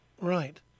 Right